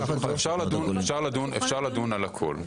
אפשר לדון על הכל.